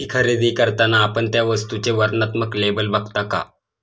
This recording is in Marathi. ती खरेदी करताना आपण त्या वस्तूचे वर्णनात्मक लेबल बघता का?